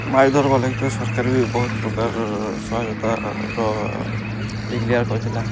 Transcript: ମାଛ୍ ଧର୍ବାର୍ ଲାଗି ତ ସରକାର ବି ବହୁତ ପ୍ରକାର ସହାୟତାର ଡ଼ିକ୍ଲିଆର୍ କରିଥିଲା